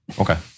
Okay